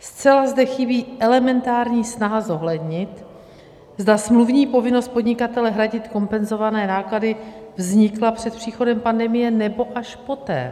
Zcela zde chybí elementární snaha zohlednit, zda smluvní povinnost podnikatele hradit kompenzované náklady vznikla před příchodem pandemie, nebo až poté.